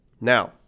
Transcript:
Now